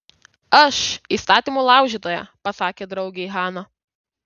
aš įstatymų laužytoja pasakė draugei hana